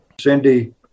Cindy